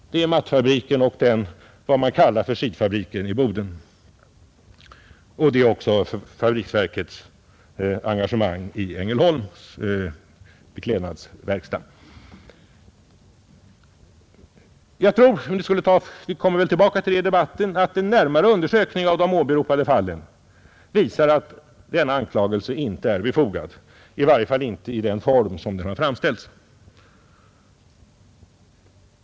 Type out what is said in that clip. Det gäller mattfabriken, vidare vad man kallar skidfabriken i Boden och Fabriksverkets engagemang i Ängelholms beklädnadsverkstad. Jag tror — men vi kommer väl tillbaka till det i debatten — att en närmare undersökning av de åberopade fallen visar att denna anklagelse inte är befogad, i varje fall inte i den form som den har framställts.